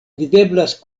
videblas